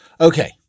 Okay